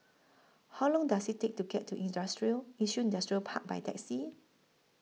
How Long Does IT Take to get to Yishun Industrial Park By Taxi